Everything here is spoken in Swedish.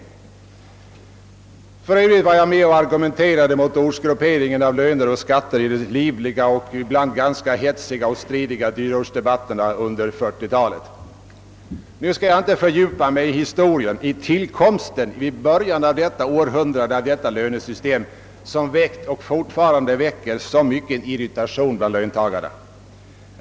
För övrigt var jag med och argumenterade mot ortsgrupperingen av löner och skatter i de livliga och ibland ganska hetsiga dyrortsdebatterna under 1940-talet. Nu skall jag inte fördjupa mig i historien, d. v. s. i tillkomsten i början av detta århundrade av detta lönesystem, som väckt och fortfarande väcker så mycken irritation bland löntagarna.